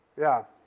yeah.